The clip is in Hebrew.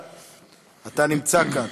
אתה נמצא כאן